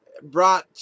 brought